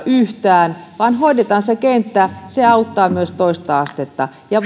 yhtään armovitosia vaan hoidetaan se kenttä se auttaa myös toista astetta ja